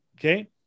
okay